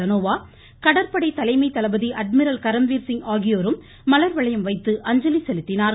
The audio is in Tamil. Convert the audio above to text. தனோவா கடற்படை தலைமை தளபதி அட்மிரல் கரம்வீர்சிங் ஆகியோரும் மலர்வளையம் வைத்து அஞ்சலி செலுத்தினார்கள்